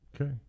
Okay